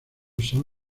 son